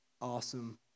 Awesome